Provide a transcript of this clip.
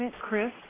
Chris